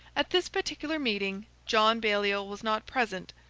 at this particular meeting john baliol was not present,